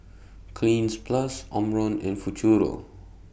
Cleanz Plus Omron and Futuro